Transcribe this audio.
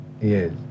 yes